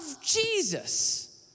Jesus